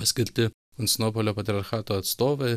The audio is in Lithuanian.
paskirti konstinopolio patriarchato atstovai